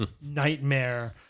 nightmare